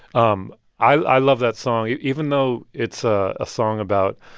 um i love that song. even though it's a ah song about